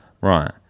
Right